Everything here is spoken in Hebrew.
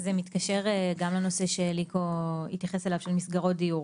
זה מתקשר גם לנושא שאליקו התייחס אליו של מסגרות דיור.